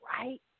right